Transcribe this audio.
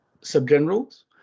sub-generals